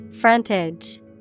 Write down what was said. Frontage